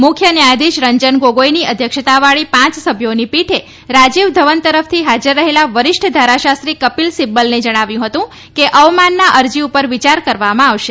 મુખ્ય ન્યાયાધીશ રંજન ગોગોઈની અધ્યક્ષવાળી પાંચ સભ્યોની પીઠે રાજીવ ધવન તરફથી હાજર રહેલા વરિષ્ઠ ધારાશામી કપિલ સિબ્બલને જણાવ્યું હતું કે અવમાનના અરજી ઉપર વિયાર કરવામાં આવશે